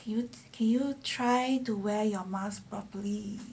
you can you try to wear your must properly